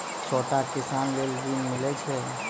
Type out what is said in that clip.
छोटा किसान लेल ॠन मिलय छै?